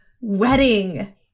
wedding